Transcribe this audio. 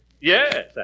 Yes